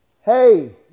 Hey